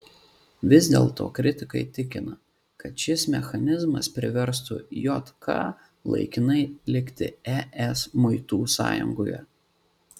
vis dėlto kritikai tikina kad šis mechanizmas priverstų jk laikinai likti es muitų sąjungoje